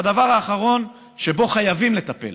הדבר האחרון שבו חייבים לטפל,